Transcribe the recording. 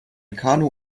kanu